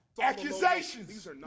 Accusations